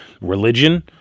religion